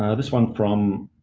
ah this one from